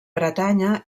bretanya